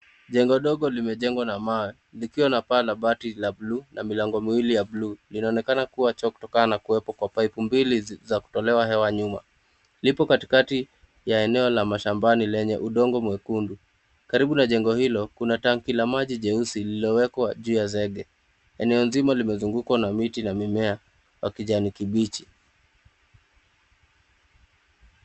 Jengo ndogo limejengwa na mawe, likiwa na paa la bati la blue na milango miwili ya blue linaonekana kuwa choo kutokana na kuwepo kwa paipu mbili za kutolewa hewa nyuma, lipo katikati ya eneo la mashambani lenye udongo mwekundu, karibu na jengo hilo, kuna tanki la maji jeusi liliowekwa juu ya zege, eneo mzima limezungukwa na mti na mimea ya kijani kibichi.